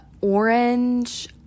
orange